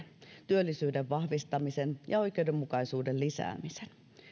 työllisyyden vahvistamisen ja oikeudenmukaisuuden lisäämisen